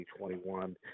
2021